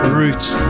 roots